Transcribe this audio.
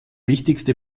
wichtigste